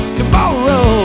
Tomorrow